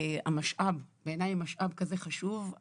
המשאב, בעיניי הוא משאב כזה חשוב.